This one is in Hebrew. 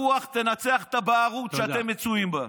הרוח תנצח את הבערות שאתם מצויים בה.